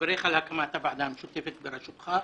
מברך על הקמת הוועדה המשותפת בראשותך.